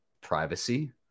privacy